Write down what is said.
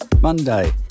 Monday